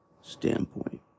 standpoint